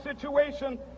situation